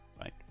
Right